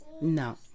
No